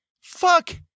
Fuck